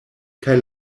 kaj